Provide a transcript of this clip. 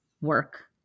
work